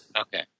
Okay